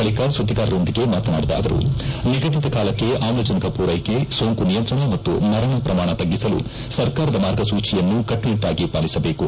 ಬಳಿಕ ಸುದ್ದಿಗಾರರೊಂದಿಗೆ ಮಾತನಾಡಿದ ಅವರು ನಿಗದಿತ ಕಾಲಕ್ಷೆ ಆಮ್ಲಜನಕ ಪೂರ್ಕೆಕೆ ಸೋಂಕು ನಿಯಂತ್ರಣ ಮತ್ತು ಮರಣ ಪ್ರಮಾಣ ತಗ್ಗಿಸಲು ಸರ್ಕಾರದ ಮಾರ್ಗಸೂಚಿಯನ್ನು ಕಟ್ಟುನಿಟ್ಟಾಗಿ ಪಾಲಿಸಬೇಕು